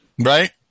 Right